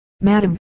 madam